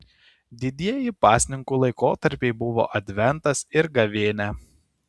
didieji pasninkų laikotarpiai buvo adventas ir gavėnia